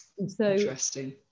Interesting